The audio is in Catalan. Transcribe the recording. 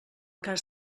cas